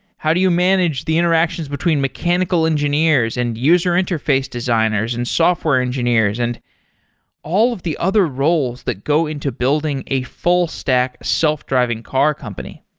how do you manage the interactions between mechanical engineers, and user interface designers, and software engineers, and all all of the other roles that go into building a full stack self-driving car company?